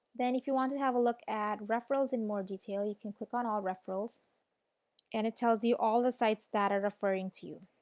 then if you want to have a look at referrals in more detail you can click on all referrals and it tells you all the sites that is referring to you.